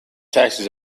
taxes